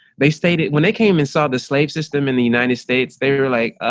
they stated when they came in saw the slave system in the united states, they were like,